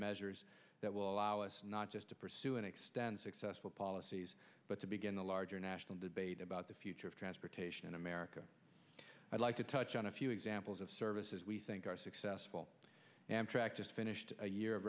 measures that will allow us not just to pursue and extend successful policies but to begin a larger national debate about the future of transportation in america i'd like to touch on a few examples of services we think are successful amtrak just finished a year of